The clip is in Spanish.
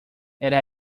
era